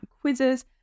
quizzes